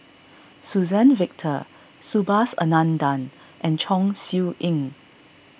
Suzann Victor Subhas Anandan and Chong Siew Ying